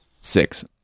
six